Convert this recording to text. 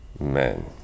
Amen